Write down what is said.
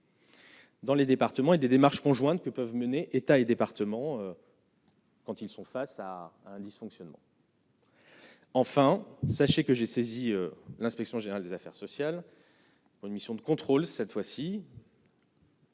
Dans les départements et des démarches conjointes que peuvent mener état et département quand ils sont face à un dysfonctionnement. Enfin, sachez que j'ai saisi l'Inspection générale des affaires sociales, une mission de contrôle, cette fois-ci.